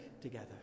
together